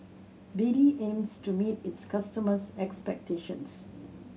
B D aims to meet its customers' expectations